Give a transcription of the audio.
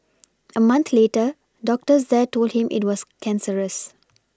a month later doctors there told him it was cancerous